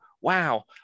wow